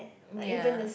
ya